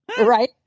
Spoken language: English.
right